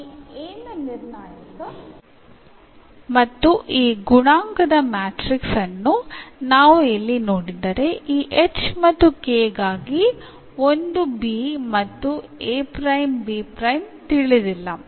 ಈ a ನ ನಿರ್ಣಾಯಕ ಮತ್ತು ಈ ಗುಣಾಂಕದ ಮ್ಯಾಟ್ರಿಕ್ಸ್ ಅನ್ನು ನಾವು ಇಲ್ಲಿ ನೋಡಿದರೆ ಈ h ಮತ್ತು k ಗಾಗಿ ಒಂದು b ಮತ್ತು ತಿಳಿದಿಲ್ಲ